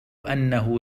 أنه